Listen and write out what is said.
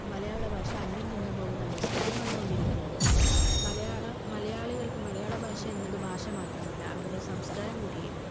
മലയാള ഭാഷ അന്യം നിന്നു പോകുന്ന അവസ്ഥയാണ് കണ്ടോണ്ടിരിക്കുന്നത് മലയാള മലയാളികൾക്ക് മലയാള ഭാഷ എന്നത് ഭാഷ മാത്രമല്ല അവരുടെ സംസ്കാരം കൂടിയായിരുന്നു